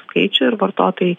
skaičių ir vartotojai